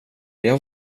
jag